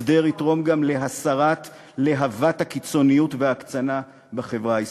הסדר יתרום גם להסרת להבת הקיצוניות וההקצנה בחברה הישראלית.